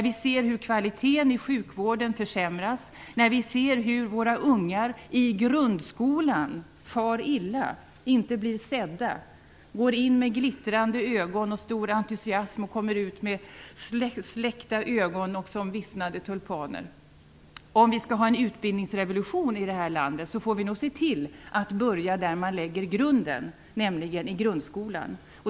Vi ser hur kvaliteten i sjukvården försämras. Vi ser hur våra ungar i grundskolan far illa. De blir inte sedda. De går in med glittrande ögon och stor entusiasm och kommer ut som vissnade tulpaner med släckta ögon. Om vi skall ha en utbildningsrevolution i det här landet får vi nog se till att börja där man lägger grunden, nämligen i grundskolan.